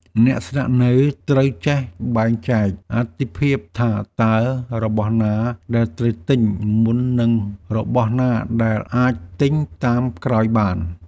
អ្នកស្នាក់នៅត្រូវចេះបែងចែកអាទិភាពថាតើរបស់ណាដែលត្រូវទិញមុននិងរបស់ណាដែលអាចទិញតាមក្រោយបាន។